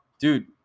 dude